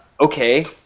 okay